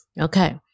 Okay